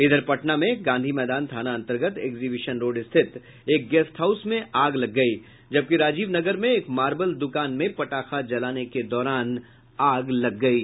इधर पटना में गांधी मैदान थाना अंतर्गत एक्जीविशन रोड स्थित एक गेस्ट हाउस में आग लग गयी जबकि राजीव नगर में एक मार्बल दुकान में पटाखा जलाने के दौरान आग लग गयी